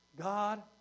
God